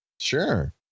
Sure